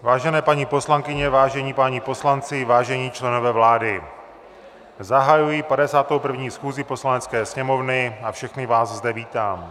Vážené paní poslankyně, vážení páni poslanci, vážení členové vlády, zahajuji 51. schůzi Poslanecké sněmovny a všechny vás zde vítám.